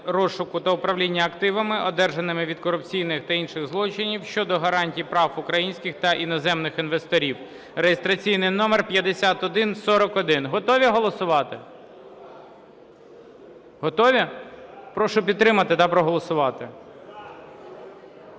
(реєстраційний номер 5141). Готові голосувати? Готові? Прошу підтримати та проголосувати.